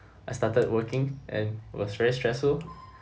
I started working and was very stressful